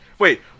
Wait